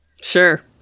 sure